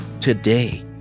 today